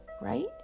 right